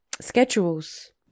schedules